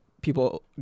people